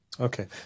Okay